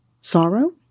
sorrow